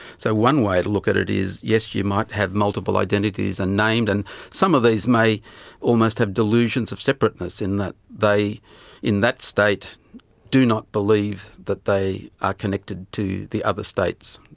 so one way to look at it is, yes, you might have multiple identities and name them and some of these may almost have delusions of separateness in that they in that state do not believe that they are connected to the other states.